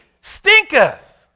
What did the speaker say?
stinketh